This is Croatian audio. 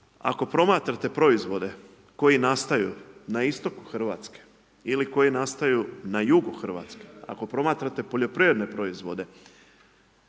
Ako promatrate proizvode koji nastaju na istoku Hrvatske ili koji nastaju na jugu Hrvatske, ako promatrate poljoprivredne proizvode,